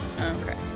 Okay